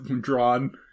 drawn